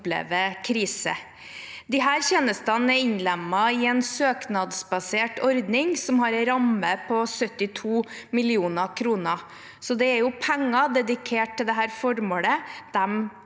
krise. Disse tjenestene er innlemmet i en søknadsbasert ordning som har en ramme på 72 mill. kr., så det er jo penger dedikert til dette formålet de